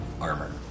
armor